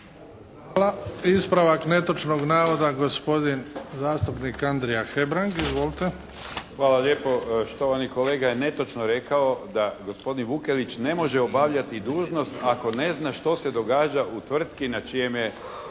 Hvala. Ispravak netočnog navoda, gospodin zastupnik Andrija Hebrang. Izvolite. **Hebrang, Andrija (HDZ)** Hvala lijepo. Štovani kolega je netočno rekao da gospodin Vukelić ne može obavljati dužnost ako ne zna što se događa u tvrtki na čijem